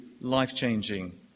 life-changing